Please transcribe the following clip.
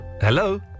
Hello